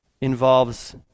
involves